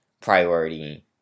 priority